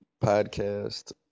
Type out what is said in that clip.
podcast